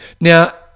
Now